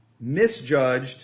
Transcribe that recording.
misjudged